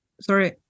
Sorry